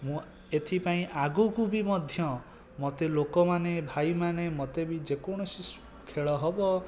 ମୁଁ ଏଥିପାଇଁ ଆଗକୁବି ମଧ୍ୟ ମୋତେ ଲୋକମାନେ ଭାଇମାନେ ମୋତେ ବି ଯେକୌଣସି ଖେଳ ହେବ